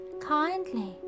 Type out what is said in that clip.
kindly